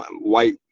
white